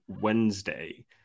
Wednesday